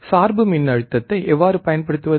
சார்பு மின்னழுத்தத்தை எவ்வாறு பயன்படுத்துவது